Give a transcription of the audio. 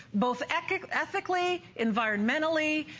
both acted ethically, environmentally,